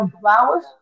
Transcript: flowers